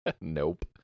Nope